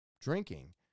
drinking